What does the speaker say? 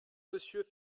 monsieur